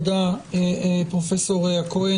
תודה, פרופ' הכהן.